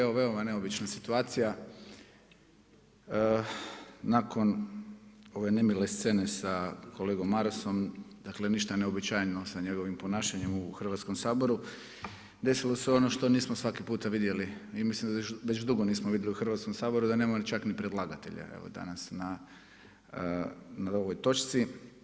Evo ovo je veoma neobična situacija nakon ove nemile scene sa kolegom Marasom, dakle ništa neuobičajeno sa njegovim ponašanjem u Hrvatskom saboru, desilo se ono što nismo svaki puta vidjeli i mislim da već dugo nismo vidjeli u Hrvatskom saboru da nema čak ni predlagatelja danas na ovoj točci.